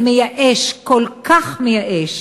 זה מייאש, כל כך מייאש.